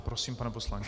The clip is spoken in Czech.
Prosím, pane poslanče.